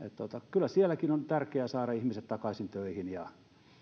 kyllä sielläkin on tärkeää saada ihmiset takaisin töihin ja